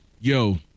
Yo